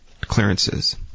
clearances